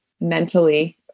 mentally